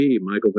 Michael